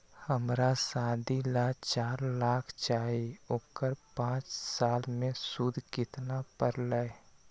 हमरा शादी ला चार लाख चाहि उकर पाँच साल मे सूद कितना परेला?